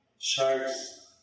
sharks